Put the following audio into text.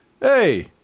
Hey